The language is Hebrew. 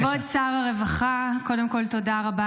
כבוד שר הרווחה, קודם כול תודה רבה